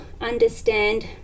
understand